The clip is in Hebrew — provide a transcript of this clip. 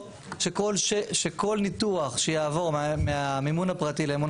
שכל ניתוח שיעבור מהמימון הפרטי למימון